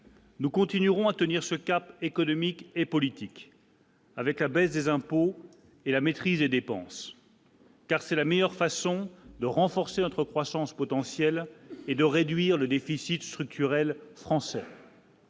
Nous continuerons à tenir ce cap économique et politique. Avec la baisse des impôts et la maîtrise des dépenses. Car c'est la meilleure façon de renforcer notre croissance potentielle et de réduire le déficit structurel français.